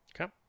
Okay